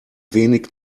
wenig